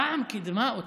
רע"מ קידמה אותה,